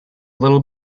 little